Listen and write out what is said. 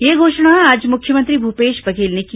यह घोषणा आज मुख्यमंत्री भूपेश बघेल ने की